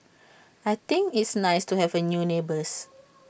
I think it's nice to have A new neighbours